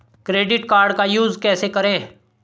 Credit card का use कैसे करें?